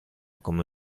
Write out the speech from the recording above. come